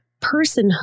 personhood